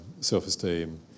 Self-esteem